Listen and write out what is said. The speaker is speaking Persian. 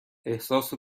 احساس